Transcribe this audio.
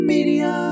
Media